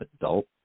adult